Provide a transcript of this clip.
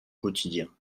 quotidien